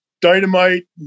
Dynamite